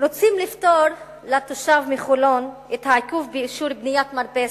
רוצים לפתור לתושב מחולון את העיכוב באישור בניית מרפסת,